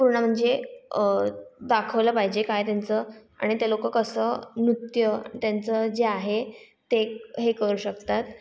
पूर्ण म्हणजे दाखवलं पाहिजे काय त्यांचं आणि ते लोकं कसं नृत्य त्यांचं जे आहे ते हे करू शकतात